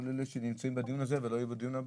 כל אלה שנמצאים בדיון הזה ולא יהיו בדיון הבא.